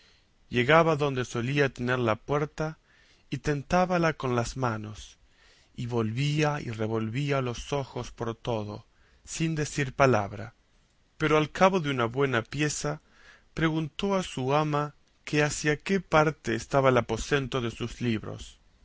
llegaba adonde solía tener la puerta y tentábala con las manos y volvía y revolvía los ojos por todo sin decir palabra pero al cabo de una buena pieza preguntó a su ama que hacia qué parte estaba el aposento de sus libros